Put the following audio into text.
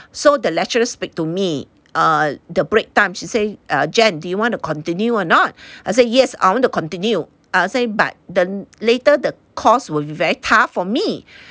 so the lecturer speak to me err the break time she say err Jan do you want to continue or not I said yes I want to continue I say but the later the course will be very tough for me